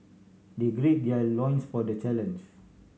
they gird their loins for the challenge